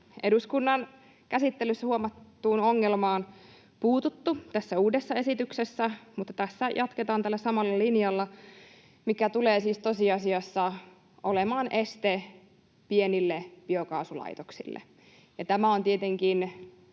eduskunnan käsittelyssä huomattuun ongelmaan puututtu tässä uudessa esityksessä, mutta tässä jatketaan tällä samalla linjalla, mikä tulee siis tosiasiassa olemaan este pienille biokaasulaitoksille. Tämä on tietenkin